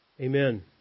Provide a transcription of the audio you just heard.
Amen